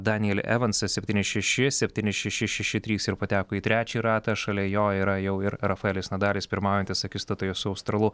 danielį evansą septyni šeši septyni šeši šeši trys ir pateko į trečią ratą šalia jo yra jau ir rafaelis nadalis pirmaujantis akistatoje su australu